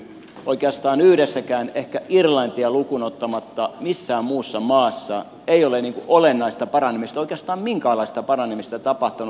oikeastaan yhdessäkään maassa ehkä irlantia lukuun ottamatta ei ole olennaista paranemista oikeastaan minkäänlaista paranemista tapahtunut